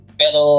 pero